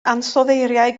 ansoddeiriau